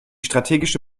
strategische